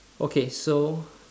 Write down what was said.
okay so